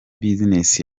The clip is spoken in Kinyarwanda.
business